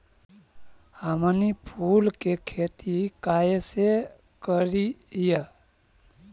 हमनी फूल के खेती काएसे करियय?